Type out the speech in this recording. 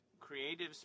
creative